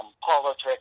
politics